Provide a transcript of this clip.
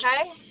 okay